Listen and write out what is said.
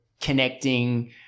connecting